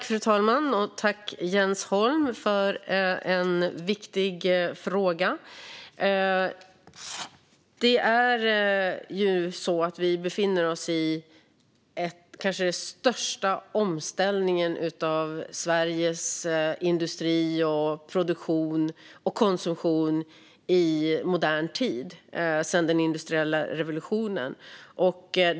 Fru talman! Tack, Jens Holm, för en viktig fråga! Vi befinner oss i den kanske största omställningen av Sveriges industri, produktion och konsumtion i modern tid - sedan den industriella revolutionen.